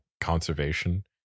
conservation